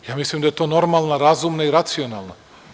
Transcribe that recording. Ja mislim da je to normalna, razumna i nacionalna.